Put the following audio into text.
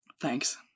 Thanks